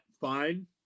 fine